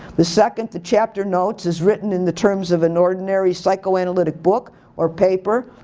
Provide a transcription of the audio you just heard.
the second, the chapter notes is written in the terms of an ordinary psychoanalytic book or paper.